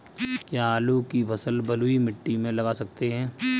क्या आलू की फसल बलुई मिट्टी में लगा सकते हैं?